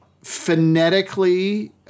phonetically